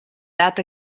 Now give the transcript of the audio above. that